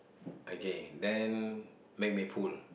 okay then make me full